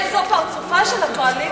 האם זה פרצופה של הקואליציה,